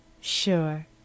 Sure